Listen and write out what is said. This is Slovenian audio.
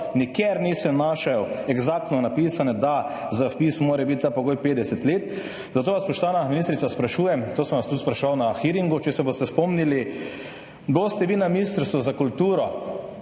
nikjer nisem našel eksaktno zapisano, da velja za vpis ta pogoj 50 let. Zato vas, spoštovana ministrica, sprašujem, to sem vas tudi spraševal na hearingu, če se boste spomnili: Boste vi na Ministrstvu za kulturo